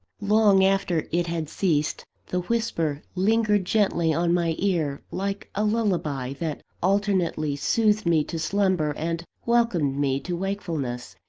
long after it had ceased, the whisper lingered gently on my ear, like a lullaby that alternately soothed me to slumber, and welcomed me to wakefulness.